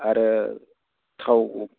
आरो थाव